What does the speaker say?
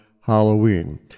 Halloween